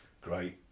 great